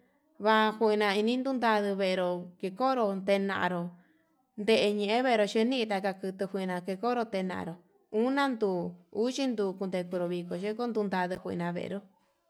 Huajuena inin ndunda, nanduvenru kekonró tenaro ndeñevero xheñii taka kutu kuina kekonró, ndenanró unan nduu uchi ndute konro vii kundeku yundaru njuina venró.